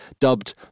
dubbed